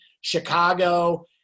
chicago